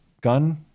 gun